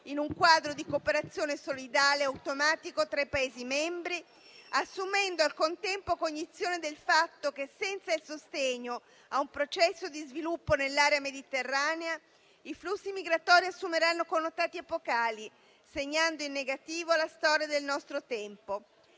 in un quadro di cooperazione solidale automatico tra i Paesi membri, assumendo al contempo cognizione del fatto che, senza il sostegno a un processo di sviluppo nell'area mediterranea, i flussi migratori assumeranno connotati epocali, segnando in negativo la storia del nostro tempo.